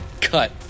cut